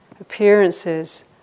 appearances